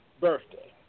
birthday